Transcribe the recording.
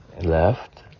left